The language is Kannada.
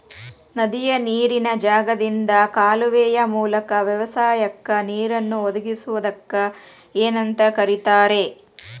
ನದಿಯ ನೇರಿನ ಜಾಗದಿಂದ ಕಾಲುವೆಯ ಮೂಲಕ ವ್ಯವಸಾಯಕ್ಕ ನೇರನ್ನು ಒದಗಿಸುವುದಕ್ಕ ಏನಂತ ಕರಿತಾರೇ?